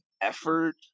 effort